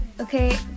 Okay